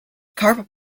carp